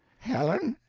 helen,